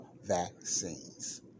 vaccines